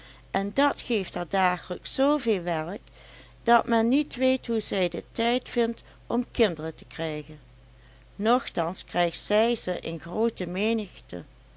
en dat geeft haar dagelijks zoo veel werk dat men niet weet hoe zij den tijd vindt om kinderen te krijgen nochtans krijgt zij ze in groote menigte